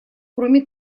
кроме